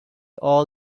all